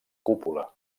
cúpula